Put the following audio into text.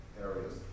areas